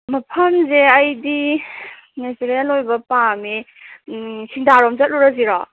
ꯃꯐꯝꯁꯦ ꯑꯩꯗꯤ ꯅꯦꯆꯔꯦꯜ ꯑꯣꯏꯕ ꯄꯥꯝꯃꯦ ꯎꯝ ꯁꯤꯡꯗꯥꯔꯣꯝ ꯆꯠꯂꯨꯔꯁꯤꯔꯣ